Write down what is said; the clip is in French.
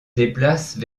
déplacent